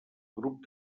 grup